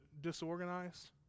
disorganized